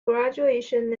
graduation